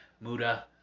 Muda